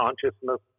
consciousness